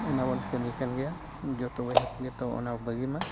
ᱚᱱᱟ ᱵᱚᱱ ᱠᱟᱹᱢᱤ ᱠᱟᱱ ᱜᱮᱭᱟ ᱡᱚᱛᱚ ᱵᱚᱭᱦᱟ ᱠᱚᱜᱮ ᱛᱚ ᱚᱱᱟ ᱵᱟᱹᱜᱤ ᱢᱟ